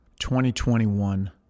2021